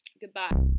Goodbye